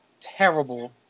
Terrible